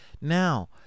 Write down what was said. Now